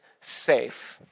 safe